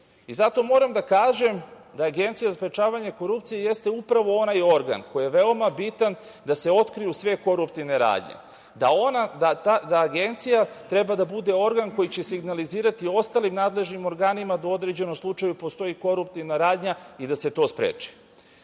moram da kažem da je Agencija za sprečavanje korupcije jeste upravo onaj organ koji je veoma bitan da se otkriju sve koruptivne radnje, da Agencija treba da bude organ koji će signalizirati ostalim nadležnim organima da u određenom slučaju postoji koruptivna radnja i da se to spreči. Isto